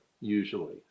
usually